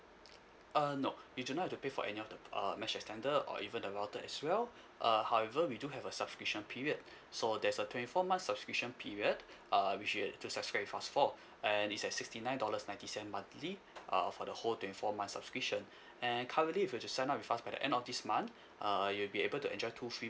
uh no you do not have to pay for any of the err mesh extender or even the router as well uh however we do have a subscription period so there's a twenty four months subscription period err which you have to subscribe with us for and it's at sixty nine dollars ninety cent monthly uh for the whole twenty four months subscription and currently if you were to sign up with us by the end of this month uh you'll be able to enjoy two free